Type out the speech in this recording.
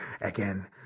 again